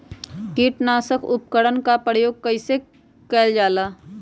किटनाशक उपकरन का प्रयोग कइसे कियल जाल?